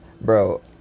Bro